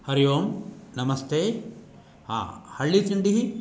हरि ओं नमस्ते आ हल्लिचण्डिः